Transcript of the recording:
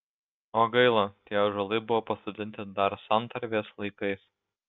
o gaila tie ąžuolai buvo pasodinti dar santarvės laikais